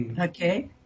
Okay